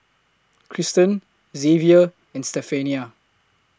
Kristen Zavier and Stephania